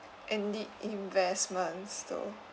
any investments though